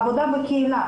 עבודה בקהילה,